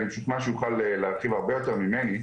אני משוכנע שהוא יוכל להרחיב הרבה יותר ממני,